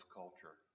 culture